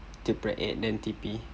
to then T_P